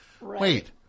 wait